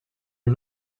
une